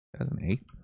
2008